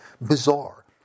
bizarre